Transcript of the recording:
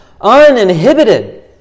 uninhibited